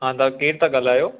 हा तव्हां केरु था ॻाल्हायो